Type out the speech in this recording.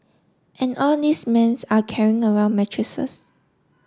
and all these men's are carrying around mattresses